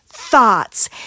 thoughts